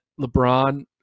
LeBron